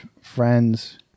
friends